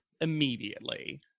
immediately